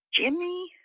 Jimmy